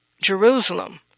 Jerusalem